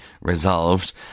resolved